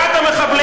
כשזה לרעת המחבלים,